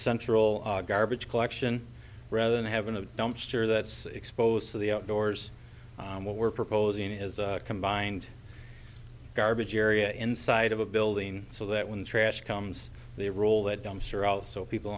central garbage collection rather than having a dumpster that's exposed to the outdoors and what we're proposing is a combined garbage area inside of a building so that when the trash comes they roll the dumpster also people